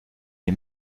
die